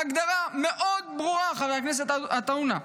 ההגדרה ברורה מאוד, חבר הכנסת עטאונה.